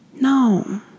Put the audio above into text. No